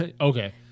Okay